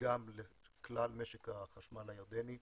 גם לכלל משק החשמל הירדני.